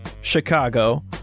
Chicago